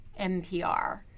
NPR